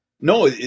No